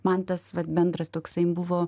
man tas vat bendras toksai buvo